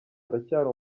aracyari